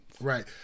Right